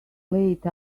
late